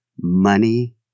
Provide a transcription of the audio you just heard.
money